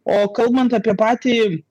o kalbant apie patį